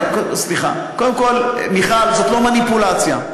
סליחה, קודם כול, מיכל, זאת לא מניפולציה.